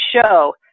show